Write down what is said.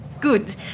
Good